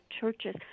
Churches